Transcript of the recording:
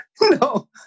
no